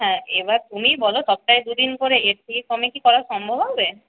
হ্যাঁ এবার তুমিই বলো সপ্তাহে দুদিন করে এর থেকে কমে কি করা সম্ভব হবে